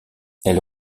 elle